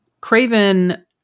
Craven